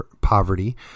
poverty